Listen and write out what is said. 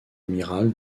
amiral